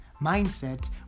mindset